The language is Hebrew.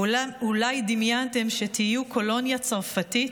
אולי דמיינתם שתהיו קולוניה צרפתית?